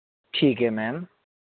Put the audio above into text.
ਠੀਕ ਹੈ ਮੈਮ